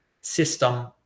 system